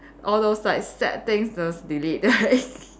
all those like sad things just delete right